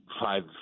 five